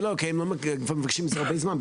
הם כבר מבקשים את זה הרבה זמן.